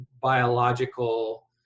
biological